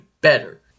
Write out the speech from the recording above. better